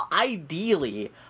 ideally